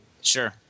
Sure